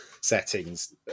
settings